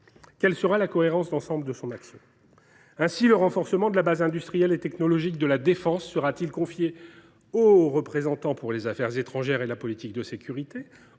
Quelle sera la cohérence d’ensemble de son action ? Ainsi, le renforcement de la base industrielle et technologique de défense (BITD) sera t il confié au haut représentant pour les affaires étrangères et la politique de sécurité,